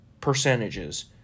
percentages